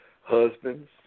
husbands